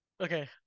okay